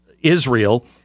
Israel